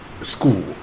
school